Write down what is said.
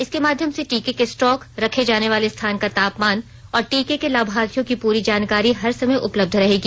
इसके माध्यम से टीके के स्टॉक रखे जाने स्थान का तापमान और टीके के लाभार्थियों की पूरी जानकारी हर समय उपलब्ध् रहेगी